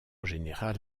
général